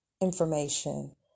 information